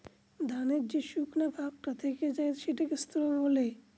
ধানের যে শুকনা ভাগটা থেকে যায় সেটাকে স্ত্র বলে